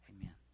Amen